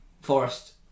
Forest